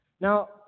Now